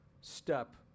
step